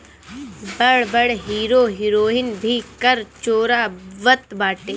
बड़ बड़ hero heroine भी कर चोरावत बाटे